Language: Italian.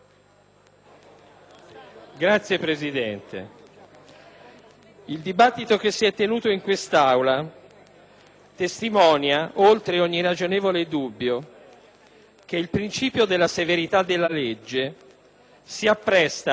il dibattito che si è tenuto in quest'Aula testimonia, oltre ogni ragionevole dubbio, che il principio della severità della legge si appresta ad essere applicato in misura diversa per reati diversi.